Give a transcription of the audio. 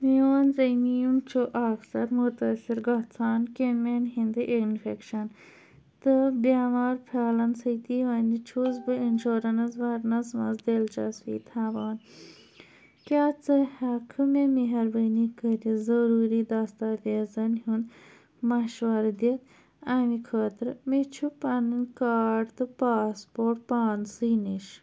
میون زمیٖن چھُ اکثر مُتٲثِر گژھان کیٚمٮ۪ن ہِنٛدِ اِنفٮ۪کشَن تہٕ بؠمار پھٲلَن سۭتی وَنہِ چھُس بہٕ اِنشورٮ۪نٕس بَرنَس منٛز دِلچسپی تھاوان کیٛاہ ژٕ ہٮ۪ککھہٕ مےٚ مہربٲنی کٔرِتھ ضٔروٗری دستاویزَن ہُند مَشورٕ دِتھ اَمہِ خٲطرٕ مےٚ چھُ پنُن کارڈ تہٕ پاسپورٹ پانسٕے نِش